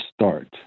start